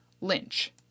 Lynch